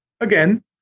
Again